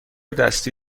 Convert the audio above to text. دستی